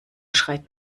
schreit